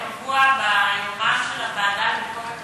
קבוע ביומן של הוועדה לביקורת המדינה,